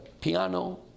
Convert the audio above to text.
piano